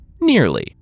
nearly